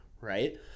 right